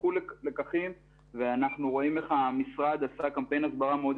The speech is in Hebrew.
אנחנו פותחים את מה שמסתמן כדיון האחרון של הוועדה